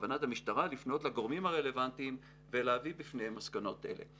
בכוונת המשטרה לפנות לגורמים הרלוונטיים ולהביא בפניהם מסקנות אלה."